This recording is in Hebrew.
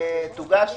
תוגש